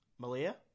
Malia